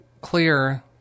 clear